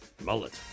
Mullet